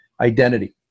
Identity